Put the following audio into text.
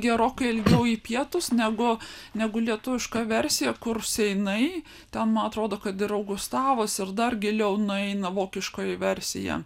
gerokai ilgiau į pietus negu negu lietuviška versija kur seinai ten man atrodo kad ir augustavas ir dar giliau nueina vokiškoji versija